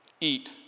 Eat